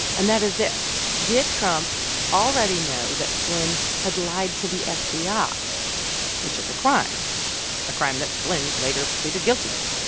and that is this did trump already know that flynn had lied to the fbi, ah which is a crime a crime that flynn later pleaded guilty to?